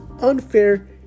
unfair